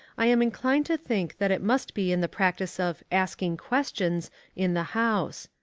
i am inclined to think that it must be in the practice of asking questions in the house.